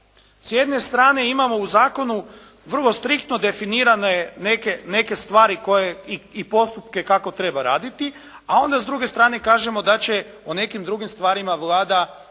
S jedne strane imamo u zakonu vrlo striktno definirane neke stvari koje i postupke kako treba raditi, a onda s druge strane kažemo da će o nekim drugim stvarima Vlada